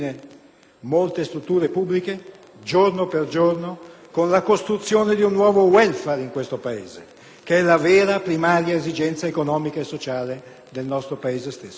molte strutture pubbliche giorno per giorno, con la costruzione di un nuovo *welfare* in questo Paese, che è la vera, primaria esigenza economica e sociale del nostro Paese stesso.